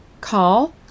Call